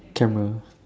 camera